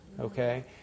okay